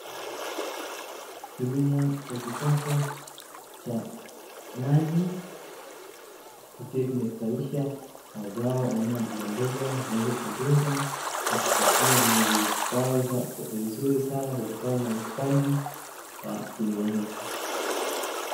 Kilimo cha kisasa cha maji kikiwa kimestawisha mazao aina ya mbogamboga zinazopendeza na kuvutia, zilizostawi vizuri sana kutokana na ustadi wa kilimo hicho.